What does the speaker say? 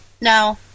No